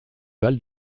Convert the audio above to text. val